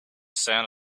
sound